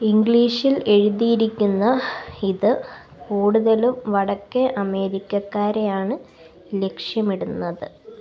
ഇംഗ്ലീഷിൽ എഴുതിയിരിക്കുന്ന ഇത് കൂടുതലും വടക്കേ അമേരിക്കക്കാരെയാണ് ലക്ഷ്യമിടുന്നത്